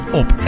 op